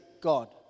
God